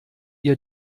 ihr